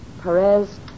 Perez